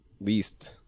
least